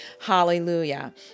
Hallelujah